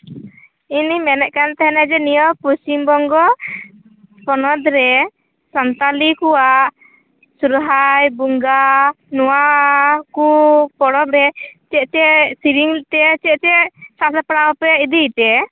ᱤᱧᱤᱧ ᱢᱮᱱᱮᱜ ᱠᱟᱱ ᱛᱟᱦᱮᱱᱟ ᱡᱮ ᱱᱤᱭᱟᱹ ᱯᱚᱪᱷᱤᱢ ᱵᱚᱝᱜᱚ ᱯᱚᱱᱚᱛ ᱨᱮ ᱥᱟᱱᱛᱟᱲᱤ ᱠᱚᱣᱟᱜ ᱥᱚᱨᱦᱟᱭ ᱵᱚᱸᱜᱟ ᱱᱚᱣᱟ ᱠᱚ ᱯᱚᱨᱚᱵᱽ ᱨᱮ ᱪᱮᱫ ᱪᱮᱫ ᱥᱮᱨᱮᱧ ᱛᱮ ᱪᱮᱫ ᱪᱮᱫ ᱥᱟᱜ ᱥᱟᱯᱲᱟᱣ ᱯᱮ ᱤᱫᱤᱭᱛᱮ